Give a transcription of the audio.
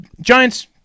Giants